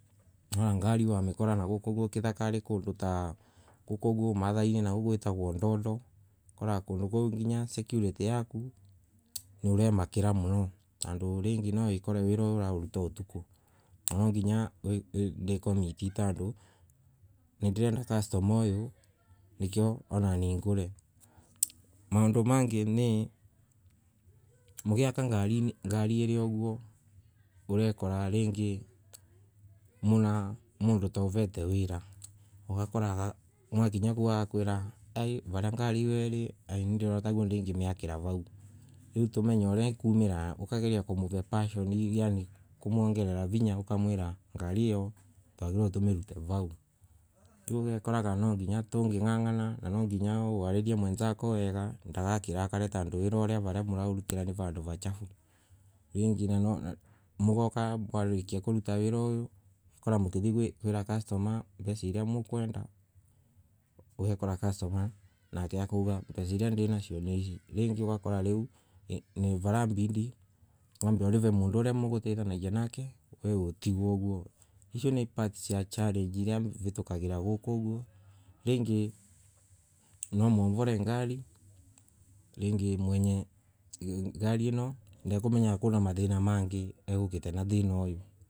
Ona ngari wamikora nagokoogu kithara kondo ta goko oguo kitakari kondo ta kukumagainya kondo gwitagwa nalonalo kondo kou nginya security yakao niuremakira muno, tundu rangay nwawikore wira uyo uraoruta utuko, na nwonginya ndacomiti tondo nidireda customer uyu nikio onani nguri maondo mangay ni mugiaka ngari ilia uguca urokora mwinamondo ta ovete wira ogakoraga mwakinya hau aga varia ngari io iri ndirona ta igamiakara kau riu tume uria ikumara ukaigeria kumure passioni yaani kumwonyerera vnya ukamwira ngari io twagirirwo tume vau riu ugakora nwanginya tungangana, na nwonginya wararie mwenzako wega ndagakirakare tondo wira moraorutara ni vando vachafu, ranga na now mugoka mwarikia kuruta wira uyo ugakora mukithia kwira customer besha iria mukwenda, ogakora nake customer akauga iria ndanashio na ishi rangay ogokora rau irabidi or mondo oria mogggotethanagia nake we utigue oguo is ni part sia challenge ilia mbatokagira guku rangay mwovore ngari ranga mwenye ngari niakomenye kwna mathana maingay na egokate na thana uyu